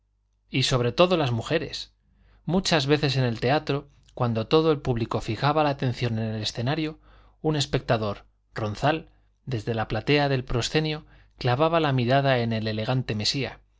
y sobre todo las mujeres muchas veces en el teatro cuando todo el público fijaba la atención en el escenario un espectador ronzal desde la platea del proscenio clavaba la mirada en el elegante mesía